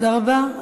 תודה רבה.